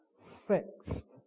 fixed